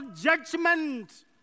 judgment